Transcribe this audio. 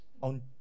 on